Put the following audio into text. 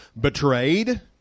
betrayed